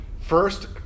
First